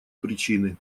причины